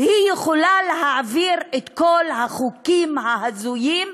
היא יכולה להעביר את כל החוקים ההזויים,